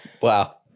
Wow